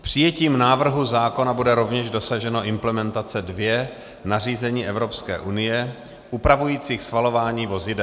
Přijetím návrhu zákona bude rovněž dosaženo implementace dvě nařízení Evropské unie upravující schvalování vozidel.